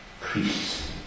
priests